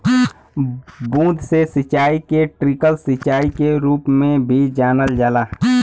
बूंद से सिंचाई के ट्रिकल सिंचाई के रूप में भी जानल जाला